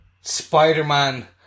Spider-Man